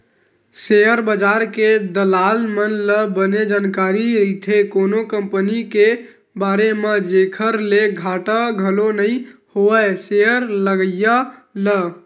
share बजार के दलाल मन ल बने जानकारी रहिथे कोनो कंपनी के बारे म जेखर ले घाटा घलो नइ होवय सेयर लगइया ल